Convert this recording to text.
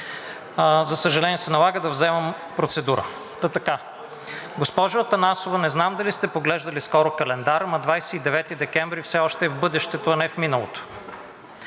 за съжаление, се налага да вземам процедура. Госпожо Атанасова, не знам дали сте поглеждали скоро календара, но 29 декември все още е в бъдещето, а не в миналото,